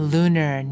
Lunar